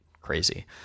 crazy